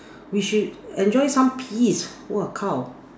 we should enjoy some peace